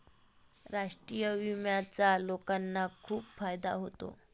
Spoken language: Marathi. राष्ट्रीय विम्याचा लोकांना खूप फायदा होतो